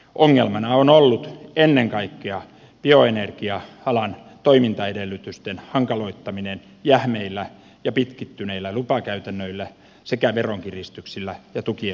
ongelmana on ollut ennen kaikkea bioenergia alan toimintaedellytysten hankaloittaminen jähmeillä ja pitkittyneillä lupakäytännöillä sekä veronkiristyksillä ja tu kien vähentämisellä